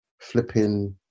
flipping